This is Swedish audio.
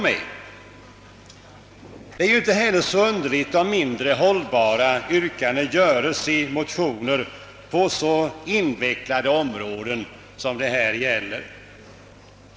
Det är inte heller så underligt om mindre hållbara yrkanden ställes i en motion, som gäller så invecklade områden som dessa.